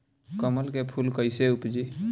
कमल के फूल कईसे उपजी?